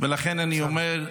ולכן אני אומר: